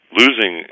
losing